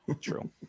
true